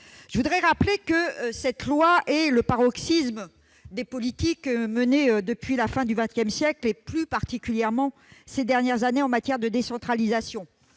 à l'abroger. Cette loi marque le paroxysme des politiques menées depuis la fin du XX siècle, et plus particulièrement ces dernières années, en matière de décentralisation,